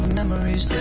memories